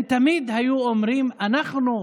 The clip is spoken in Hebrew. הם תמיד היו אומרים: אנחנו,